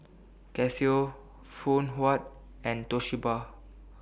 Casio Phoon Huat and Toshiba